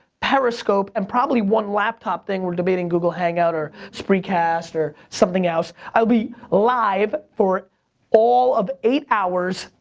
periscope, and probably one laptop thing, we're debating google hangout, or spreecast, or something else, i'll be live for all of eight hours,